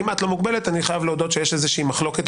לא הבנתי, זו חקיקה של הכנסת.